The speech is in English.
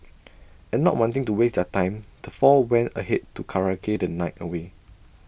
and not wanting to waste their time the four went ahead to karaoke the night away